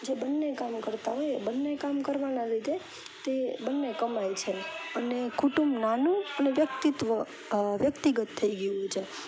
જે બંને કામો કરતા હોય એ બંને કામ કરવાના લીધે તે બંને કમાય છે અને કુટુંબ નાનું અને વ્યક્તિત્વ વ્યકિતગત થઈ ગયું છે